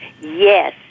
yes